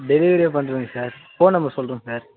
டெலிவரியே பண்ணிருங்க sir phone number சொல்கிறேன் சார்